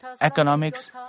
economics